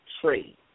trade